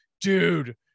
dude